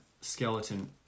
skeleton